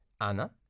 Anna